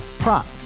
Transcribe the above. Prop